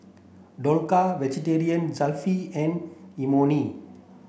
Dhokla Jalfrezi and Imoni